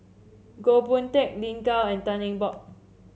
Goh Boon Teck Lin Gao and Tan Eng Bock